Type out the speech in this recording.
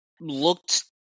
looked